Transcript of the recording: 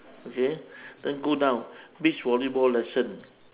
okay then go down beach volleyball lesson